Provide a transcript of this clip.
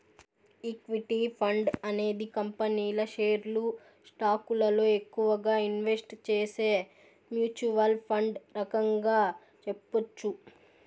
equity fund అనేది కంపెనీల షేర్లు స్టాకులలో ఎక్కువగా ఇన్వెస్ట్ చేసే మ్యూచ్వల్ ఫండ్ రకంగా చెప్పొచ్చు